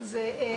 אתכם.